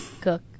cook